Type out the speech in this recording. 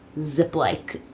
zip-like